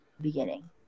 beginning